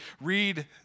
read